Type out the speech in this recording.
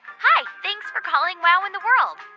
hi. thanks for calling wow in the world.